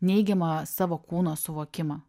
neigiamą savo kūno suvokimą